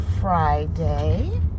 friday